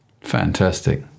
fantastic